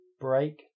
Break